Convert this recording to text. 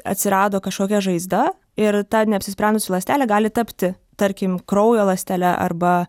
atsirado kažkokia žaizda ir ta neapsisprendusi ląstelė gali tapti tarkim kraujo ląstele arba